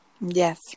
Yes